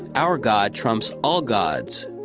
our god trumps all gods.